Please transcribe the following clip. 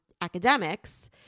academics